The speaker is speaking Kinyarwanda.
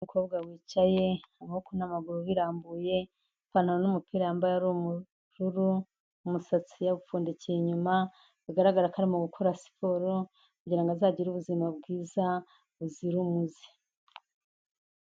Umukobwa wicaye amaboko n'amaguru birambuye, ipantalo n'umupira yambaye ari ubururu, umusatsi yawupfundikiye inyuma, bigaragara ko arimo gukora siporo kugira ngo azagire ubuzima bwiza buzira umuze.